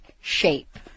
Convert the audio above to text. shape